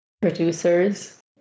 producers